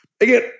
Again